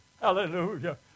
Hallelujah